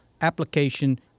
application